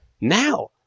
Now